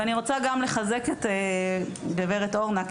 ואני רוצה גם לחזק את גב' אורנה,